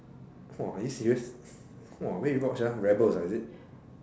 !wah! are you serious !wah! where you bought sia rebels ah is it